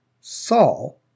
Saul